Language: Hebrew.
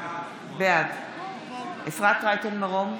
בעד אפרת רייטן מרום,